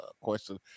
question